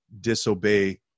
disobey